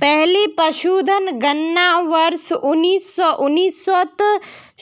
पहली पशुधन गणना वर्ष उन्नीस सौ उन्नीस त